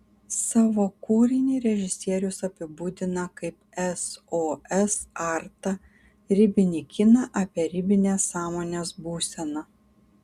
savo kūrinį režisierius apibūdina kaip sos artą ribinį kiną apie ribinę sąmonės būseną